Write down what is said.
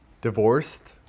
divorced